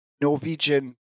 Norwegian